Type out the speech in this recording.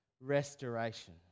restoration